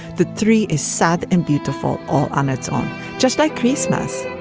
the tree is sad and beautiful all on its own just like christmas.